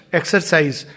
exercise